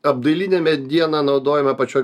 apdailinė mediena naudojama pačioj